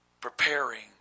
preparing